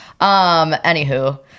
Anywho